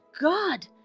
God